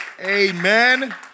Amen